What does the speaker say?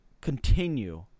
continue